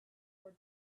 poor